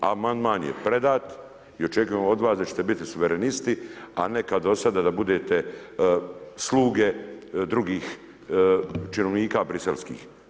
Amandman je predan i očekujemo od vas da ćete biti suverenisti, a ne kao do sada da budete sluge drugih činovnika briselskih.